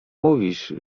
mówisz